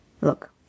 Look